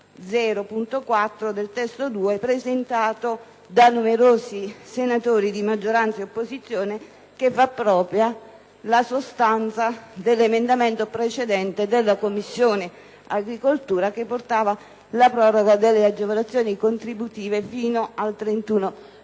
6.0.4 (testo 2), presentato da numerosi senatori di maggioranza e di opposizione, che fa propria la sostanza dell'emendamento precedente della Commissione agricoltura, recante la proroga delle agevolazioni contributive fino al 31 dicembre